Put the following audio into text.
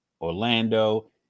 Orlando